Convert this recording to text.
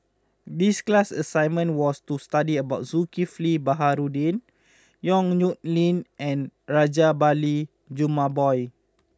this class assignment was to study about Zulkifli Baharudin Yong Nyuk Lin and Rajabali Jumabhoy